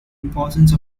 importance